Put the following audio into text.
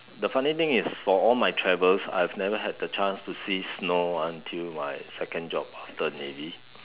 the funny thing is for all my travels I have never had the chance to see snow until my second job after navy